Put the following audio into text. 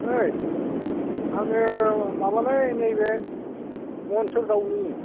ओइ आङो माबालै नैबे मनस'रगावनि